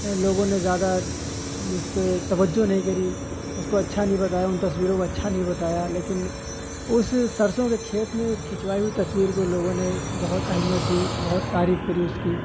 لوگوں نے زیادہ اس پہ توجہ نہیں کری اس کو اچھا نہیں بتایا ان تصویروں کو اچھا نہیں بتایا لیکن اس سرسوں کے کھیت میں ایک کھنچوائی ہوئی تصویر کو لوگوں نے بہت اہمیت دی بہت تعریف کری اس کی